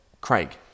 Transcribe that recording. Craig